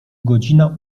godzina